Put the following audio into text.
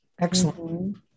Excellent